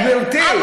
גברתי,